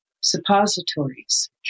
suppositories